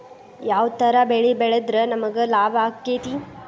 ಯಾವ ತರ ಬೆಳಿ ಬೆಳೆದ್ರ ನಮ್ಗ ಲಾಭ ಆಕ್ಕೆತಿ?